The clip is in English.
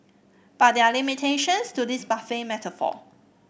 but there are limitations to this buffet metaphor